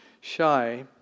shy